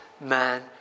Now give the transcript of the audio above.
man